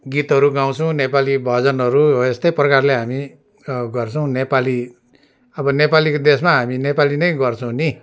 गीतहरू गाउँछौँ नेपाली भजनहरू हो यस्तै प्रकारले हामी गर्छौँ नेपाली अब नेपालीको देशमा हामी नेपाली नै गर्छौँ नि